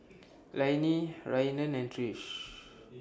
Lainey Rhiannon and Trish